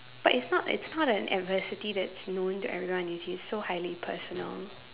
but it's not it's not an adversity that's knowing to everyone if it's so highly personal